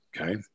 Okay